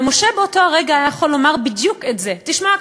ומשה באותו רגע יכול היה לומר בדיוק את זה: תשמע,